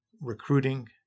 Recruiting